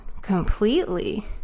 completely